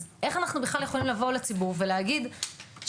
אז איך אנחנו בכלל יכולים לבוא לציבור ולהגיד שלמערכת,